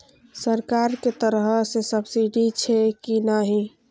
सरकार के तरफ से सब्सीडी छै कि नहिं?